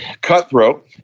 cutthroat